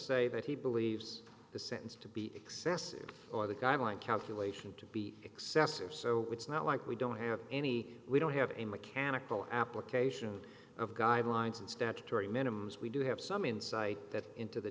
say that he believes the sentence to be excessive or the guideline calculation to be excessive so it's not like we don't have any we don't have a mechanical application of guidelines and statutory minimum is we do have some insight that into the